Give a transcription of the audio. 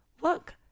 Look